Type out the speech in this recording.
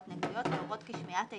ההתנגדויות להורות כי שמיעת ההתנגדויות,